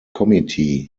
committee